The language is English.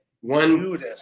one